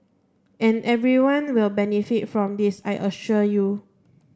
and everyone will benefit from this I assure you